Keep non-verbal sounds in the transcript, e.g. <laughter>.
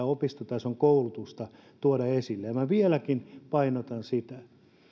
<unintelligible> opistotason koulutusta tuoda esille minä vieläkin painotan sitä